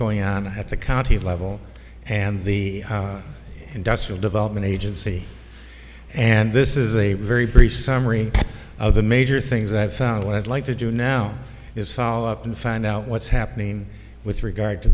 going on at the county level and the industrial development agency and this is a very brief summary of the major things i've found what i'd like to do now it's follow up and find out what's happening with regard to